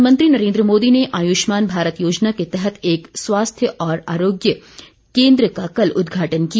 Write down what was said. प्रधानमंत्री नरेन्द्र मोदी ने आयुष्मान भारत योजना के तहत एक स्वास्थ्य और आरोग्य केन्द्र का कल उदघाटन किया